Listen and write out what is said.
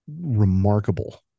remarkable